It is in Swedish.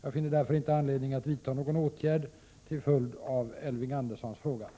Jag finner därför inte anledning att vidta någon åtgärd till följd av Elving Anderssons fråga.